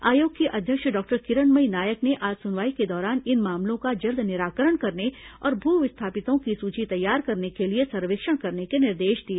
आयोग की अध्यक्ष डॉक्टर किरणमयी नायक ने आज सुनवाई के दौरान इन मामलों का जल्द निराकरण करने और भू विस्थापितों की सूची तैयार करने के लिए सर्वेक्षण करने के निर्देश दिए